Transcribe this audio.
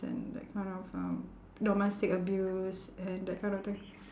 and that kind of um domestic abuse and that kind of thing